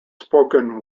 spoken